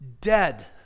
dead